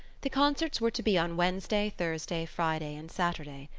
the concerts were to be on wednesday, thursday, friday and saturday.